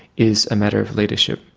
is a matter of leadership.